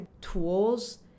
tools